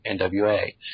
NWA